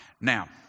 Now